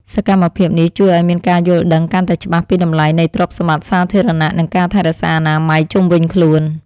សកម្មភាពនេះជួយឱ្យមានការយល់ដឹងកាន់តែច្បាស់ពីតម្លៃនៃទ្រព្យសម្បត្តិសាធារណៈ និងការថែរក្សាអនាម័យជុំវិញខ្លួន។